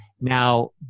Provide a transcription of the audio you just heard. now